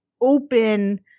open